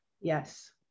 Yes